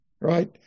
right